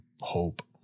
hope